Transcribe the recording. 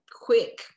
quick